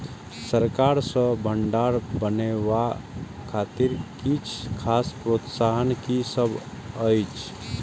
सरकार सँ भण्डार बनेवाक खातिर किछ खास प्रोत्साहन कि सब अइछ?